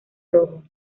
rojo